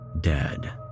Dead